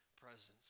presence